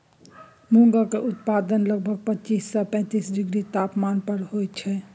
मूंगक उत्पादन लगभग पच्चीस सँ पैतीस डिग्री तापमान पर होइत छै